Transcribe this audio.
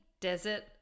desert